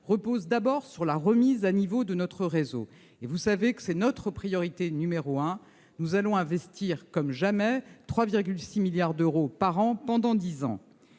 repose tout d'abord sur la remise à niveau de notre réseau. Vous le savez, c'est notre priorité numéro un. Nous allons investir comme jamais, à hauteur de 3,6 milliards d'euros par an pendant dix ans.